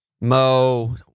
Mo